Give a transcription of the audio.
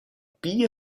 pli